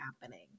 happening